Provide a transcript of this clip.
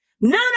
None